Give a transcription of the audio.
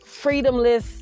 freedomless